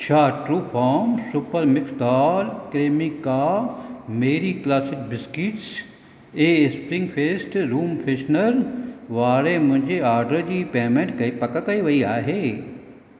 छा Truefarm super mix dal Cremica Marie classic biscuits ऐं spring fest room freshener वारे मुंहिंजे ऑर्डरु जी पेमेंट पकि कई वई आहे